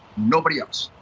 nobody else.